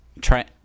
try